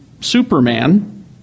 Superman